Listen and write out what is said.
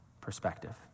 perspective